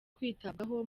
kwitabwaho